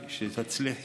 כן, תודה.